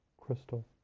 Crystal